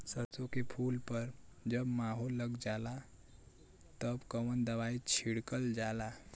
सरसो के फूल पर जब माहो लग जाला तब कवन दवाई छिड़कल जाला?